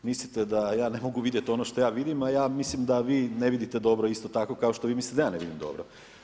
Vidite vi mislite da ja ne mogu vidjeti ono što ja vidim, a ja mislim da vi ne vidite dobro isto tako kao što vi mislite da ja ne vidim dobro.